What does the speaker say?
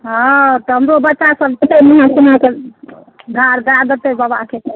हँ तऽ हमरो बच्चा सब जेतै नहा सुना कऽ भार दऽ देतै बाबाके